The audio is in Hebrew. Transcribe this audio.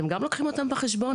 אתם גם לוקחים אותם בחשבון?